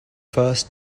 first